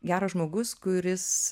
geras žmogus kuris